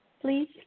please